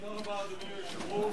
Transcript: תודה רבה, אדוני היושב-ראש.